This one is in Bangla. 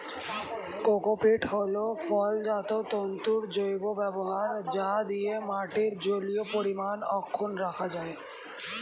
কোকোপীট হল ফলজাত তন্তুর জৈব ব্যবহার যা দিয়ে মাটির জলীয় পরিমাণ অক্ষুন্ন রাখা যায়